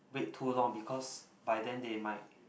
wait too long because by then they might